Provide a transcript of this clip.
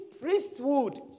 priesthood